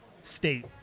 state